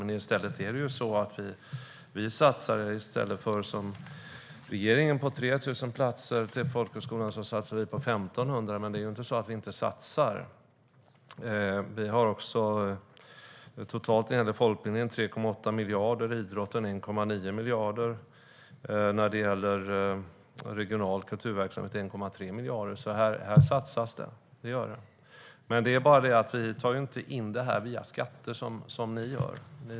I stället är det så att när regeringen satsar på 3 000 platser till folkhögskolan satsar vi på 1 500. Det är inte så att vi inte satsar. På folkbildningen satsar vi totalt 3,8 miljarder, på idrotten 1,9 miljarder och på regional kulturverksamhet 1,3 miljarder. Här satsas det alltså; det gör det. Det är bara det att vi inte tar in det via skatter, som ni gör.